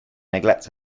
neglects